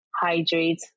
hydrate